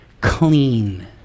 clean